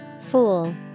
Fool